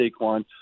Saquon